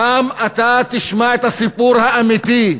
שם אתה תשמע את הסיפור האמיתי.